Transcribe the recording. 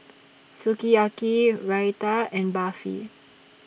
Sukiyaki Raita and Barfi